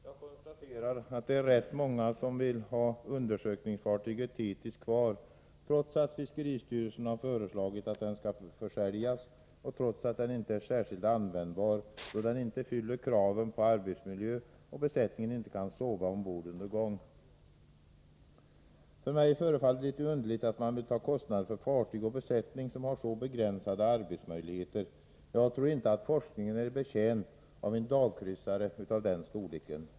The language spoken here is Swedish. Herr talman! Jag konstaterar att rätt många vill ha undersökningsfartyget Thetis kvar, trots att fiskeristyrelsen föreslagit att det skall försäljas och trots att det inte är särskilt användbart, då det inte fyller kraven på arbetsmiljön och besättningen inte kan sova ombord under gång. För mig förefaller det litet underligt att man vill ta kostnaderna för fartyg och besättning som har så begränsade arbetsmöjligheter. Jag tror inte att forskningen är betjänt av en dagkryssare av den storleken.